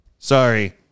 Sorry